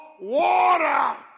water